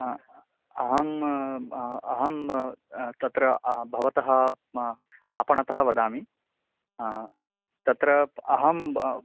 अहं अहं तत्र भवतः आपणतः वदामि तत्र अहं